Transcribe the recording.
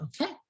okay